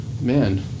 man